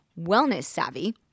wellness-savvy